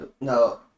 no